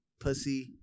pussy